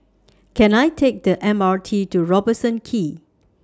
Can I Take The M R T to Robertson Quay